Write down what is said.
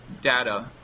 data